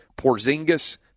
Porzingis